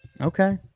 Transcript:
Okay